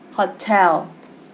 hotel